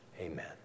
Amen